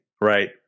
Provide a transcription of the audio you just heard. right